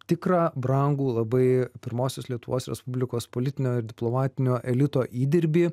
tikrą brangų labai pirmosios lietuvos respublikos politinio ir diplomatinio elito įdirbį